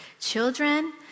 children